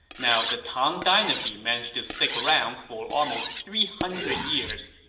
now the tang dynasty managed to stick around for almost three hundred years,